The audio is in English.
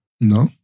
No